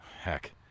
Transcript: Heck